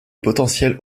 potentiels